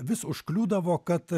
vis užkliūdavo kad